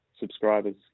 subscribers